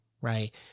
right